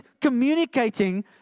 communicating